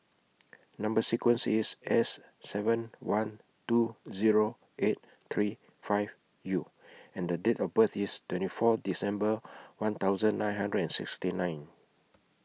Number sequence IS S seven one two Zero eight three five U and The Date of birth IS twenty four December one thousand nine hundred and sixty nine